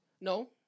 No